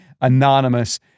anonymous